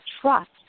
trust